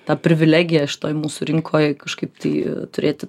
tą privilegiją šitoj mūsų rinkoj kažkaip tai turėti